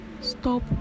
Stop